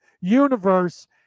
universe